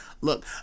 look